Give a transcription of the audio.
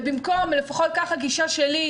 ובמקום לפחות כך הגישה שלי,